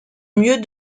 mieux